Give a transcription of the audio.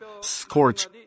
scorch